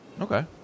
Okay